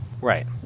Right